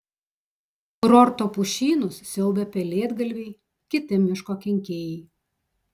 kurorto pušynus siaubia pelėdgalviai kiti miško kenkėjai